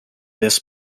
this